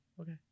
okay